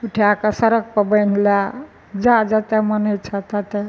उठाय कऽ सड़क पर बान्हि लए जा जतऽ मोन होइ छऽ ततऽ